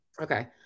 Okay